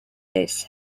this